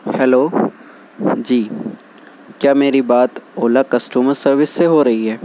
hello جی کیا میری بات اولا کسٹمر سروس سے ہو رہی ہے